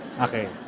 Okay